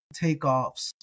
takeoffs